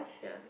yeah